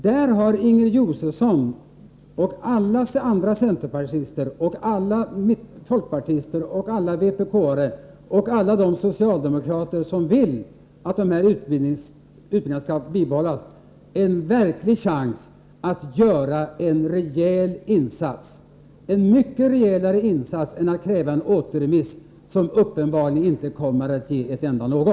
Där har Inger Josefsson och alla andra centerpartister och alla folkpartister och alla vpk:are och alla de socialdemokrater som vill att utbildningarna skall bibehållas en verklig chans att göra en mycket rejälare insats än att kräva en återremiss som uppenbarligen inte kommer att ge ett enda dugg.